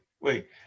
wait